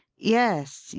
yes,